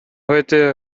heute